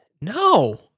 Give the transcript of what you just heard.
No